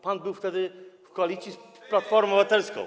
Pan był wtedy w koalicji z Platformą Obywatelską.